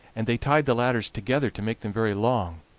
and they tied the ladders together to make them very long,